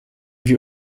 wir